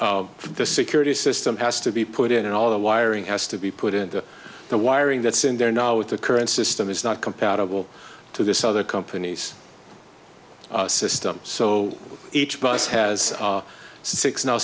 bus the security system has to be put in and all the wiring has to be put into the wiring that's in there now with the current system is not compatible to this other companies system so each bus has six now